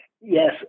Yes